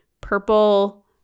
Purple